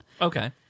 Okay